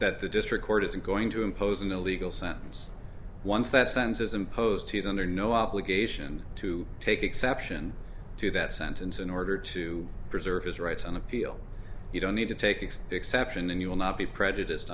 that the district court isn't going to impose an illegal sentence once that sense is imposed he's under no obligation to take exception to that sentence in order to preserve his rights on appeal you don't need to take exception and you will not be prejudiced